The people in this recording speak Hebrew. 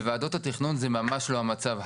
בוועדות התכנון זה ממש לא המצב.